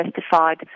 justified